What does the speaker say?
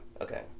Okay